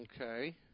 Okay